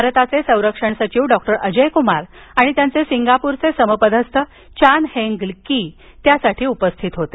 भारताचे संरक्षण सचिव डॉक्टर अजयकुमार आणि त्यांचे सिंगापूरचे समपदस्थ चान हेंग की त्यासाठी उपस्थित होते